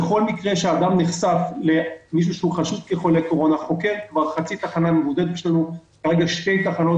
בכל מקרה של חשיפה לחשוד כחולה קורונה כרגע יש לנו שתי תחנות